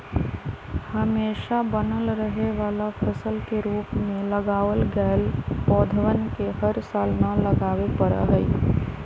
हमेशा बनल रहे वाला फसल के रूप में लगावल गैल पौधवन के हर साल न लगावे पड़ा हई